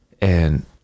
And-